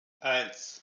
eins